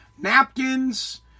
napkins